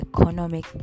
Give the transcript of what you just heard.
Economic